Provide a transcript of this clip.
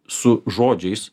su žodžiais